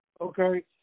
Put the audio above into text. Okay